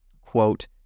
Quote